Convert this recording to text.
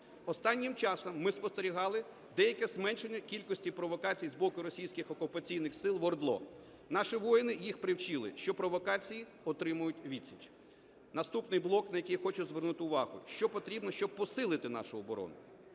Останнім часом ми спостерігали деяке зменшення кількості провокацій з боку російських окупаційних сил в ОРДЛО. Наші воїни їх привчили, що провокації отримують відсіч. Наступний блок, на який я хочу звернути увагу – що потрібно, щоб посилити нашу оборону.